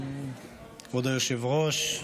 כבוד היושב-ראש,